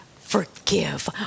forgive